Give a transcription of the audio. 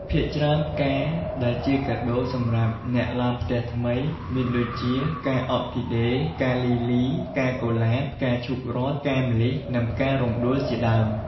ភាគច្រើនផ្កាដែលជាកាដូសម្រាប់អ្នកឡើងផ្ទះថ្មី មានដូចជា ផ្កាអ័រគីដេ ផ្កាលីលី ផ្កាកុលាប ផ្កាឈូករ័ត្ន ផ្កាម្លិះ និងផ្ការំដួលជាដើម។